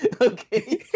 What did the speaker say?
okay